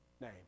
name